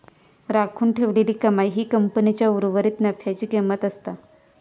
राखून ठेवलेली कमाई ही कंपनीच्या उर्वरीत नफ्याची किंमत असता